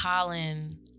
Colin